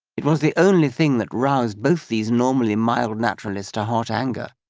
it was the only thing that roused both these normally mild naturalists to hot anger,